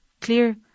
clear